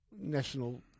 national